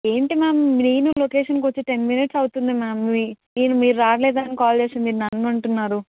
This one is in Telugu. ఏంటి మ్యామ్ నేను లొకేషన్కి వచ్చి టెన్ మినిట్స్ అవుతుంది మ్యామ్ మీ నేను మీరు రాలేదని కాల్ చేస్తే మీరు నన్ను అంటున్నారు